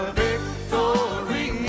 victory